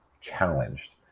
challenged